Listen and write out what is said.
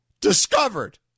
Discovered